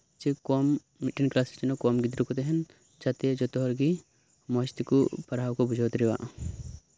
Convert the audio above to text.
ᱥᱮ ᱠᱚᱢ ᱢᱤᱫ ᱴᱟᱱ ᱠᱞᱟᱥ ᱡᱮᱱᱚ ᱠᱚᱢ ᱜᱤᱫᱽᱨᱟᱹ ᱠᱚ ᱛᱟᱦᱮᱱ ᱡᱟᱛᱮ ᱡᱚᱛᱚ ᱦᱚᱲᱜᱮ ᱢᱚᱸᱡᱽ ᱛᱮᱠᱚ ᱯᱟᱲᱦᱟᱣ ᱠᱚ ᱵᱩᱡᱷᱟᱹᱣ ᱫᱟᱲᱮᱭᱟᱜ